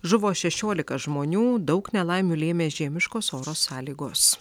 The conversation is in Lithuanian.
žuvo šešiolika žmonių daug nelaimių lėmė žiemiškos oro sąlygos